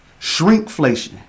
shrinkflation